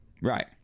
right